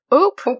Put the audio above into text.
Oop